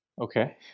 Okay